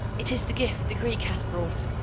it is the gift the greek hath brought!